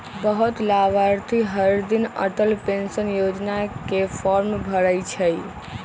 बहुते लाभार्थी हरदिन अटल पेंशन योजना के फॉर्म भरई छई